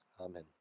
Amen